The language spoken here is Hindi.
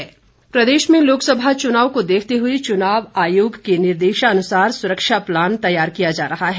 निगरानी प्रदेश में लोकसभा चुनाव को देखते हुए चुनाव आयोग के निर्देशानुसार सुरक्षा प्लान तैयार किया जा रहा है